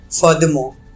Furthermore